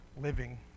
living